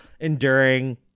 enduring